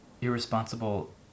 irresponsible